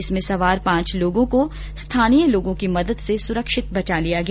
इसमें सवार पांचों लोगों को स्थानीय लोगों की मदद से सुरक्षित बचा लिया गया